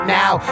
now